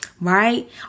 Right